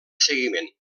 seguiment